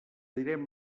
direm